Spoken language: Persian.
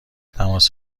تماس